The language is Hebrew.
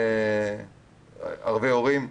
ערבי הורים.